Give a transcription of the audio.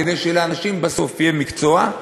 כדי שלאנשים בסוף יהיה מקצוע,